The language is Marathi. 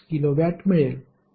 396 किलोवॅट मिळेल